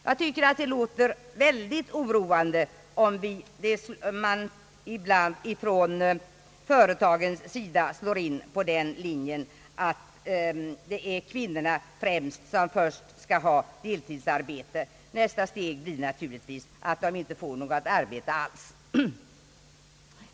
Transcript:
Jag finner det väldigt oroande om man från företagens sida slår in på linjen att det är kvinnorna som i första hand skall beredas deltidsarbete. Nästa steg blir naturligtvis att de inte får något arbete alls.